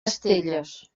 estelles